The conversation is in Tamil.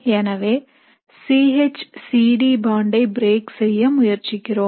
எனவே C H C D bond ஐ பிரேக் செய்ய முயற்சிக்கிறோம்